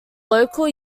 local